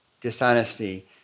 dishonesty